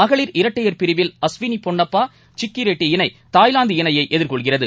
மகளிர் இரட்டையர் பிரிவில் அஸ்விளி பொன்னப்பா சிக்கிரெட்டி இணை தாய்லாந்து இணையை எதிர்கொள்கிறது